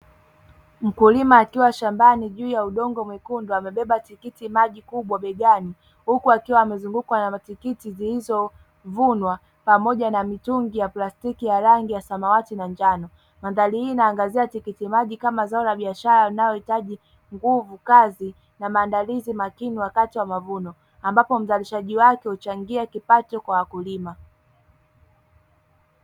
Mkulima akiwa shambani juu ya udongo mwekundu amebeba tikitimaji kubwa begani, huku akiwa amezungukwa na matikiti yaliyovunwa pamoja na mitungi ya plastiki ya rangi ya samawati na njano. Mandhari hii inaangazia tikitimaji kama zao la biashara linalohitaji nguvu kazi na maandalizi makini wakati wa mavuno, ambapo uzalishaji wake huchangia kipato kwa wakulima.